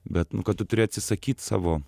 bet nu kad tu turi atsisakyt savo